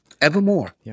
evermore